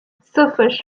sıfır